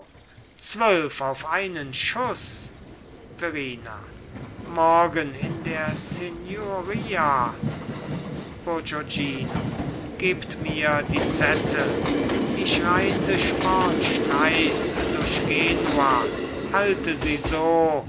zwölf auf einen schuß verrina morgen in der signoria bourgognino gebt mir die zettel ich reite spornstreichs durch genua halte sie so